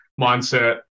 mindset